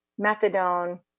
methadone